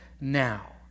now